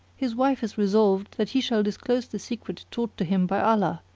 his wife is resolved that he shall disclose the secret taught to him by allah,